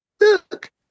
Look